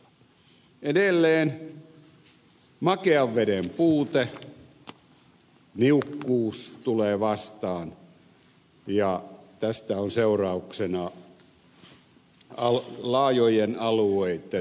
edelleen makean veden puute niukkuus tulee vastaan ja tästä on seurauksena laajojen alueitten autioituminen